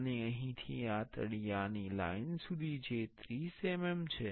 અને અહીંથી આ તળિયાની લાઇન સુધી જે 30 mm છે